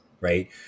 right